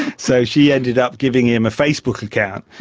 so she ended up giving him a facebook account,